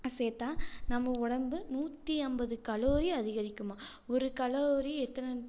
சேர்த்தா நம்ம உடம்பு நூற்றி ஐம்பது கலோரி அதிகரிக்குமாம் ஒரு கலோரி எத்தனை